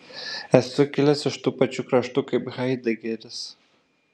esu kilęs iš tų pačių kraštų kaip haidegeris